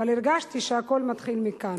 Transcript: אבל הרגשתי שהכול מתחיל מכאן.